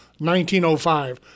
1905